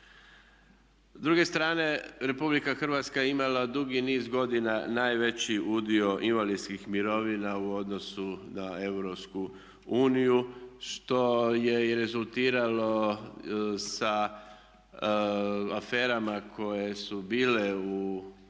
S druge strane RH je imala dugi niz godina najveći udio invalidskih mirovina u odnosu na EU. Što je i rezultiralo sa aferama koje su bile i u